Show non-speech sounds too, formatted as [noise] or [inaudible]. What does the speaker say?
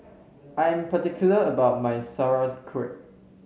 I am particular about my [unintelligible]